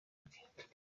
bwe